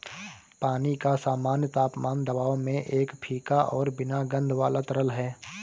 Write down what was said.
पानी का सामान्य तापमान दबाव में एक फीका और बिना गंध वाला तरल है